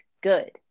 good